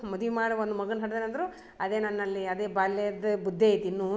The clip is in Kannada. ಮದ್ವಿ ಮಾಡಿ ಒಂದು ಮಗನ ಹಡ್ದೆನಂದರು ಅದೇ ನನ್ನಲ್ಲಿ ಅದೇ ಬಾಲ್ಯದ ಬುದ್ಧಿ ಐತೆ ಇನ್ನು